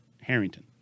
Harrington